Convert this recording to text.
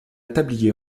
tablier